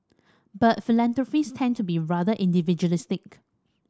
but philanthropists tend to be rather individualistic